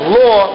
law